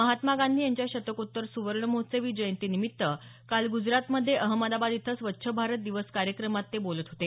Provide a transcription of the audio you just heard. महात्मा गांधी यांच्या शतकोत्तर सुवर्ण महोत्सवी जयंती निमित्त काल ग्जरातमध्ये अहमदाबाद इथं स्वच्छ भारत दिवस कार्यक्रमात बोलत होते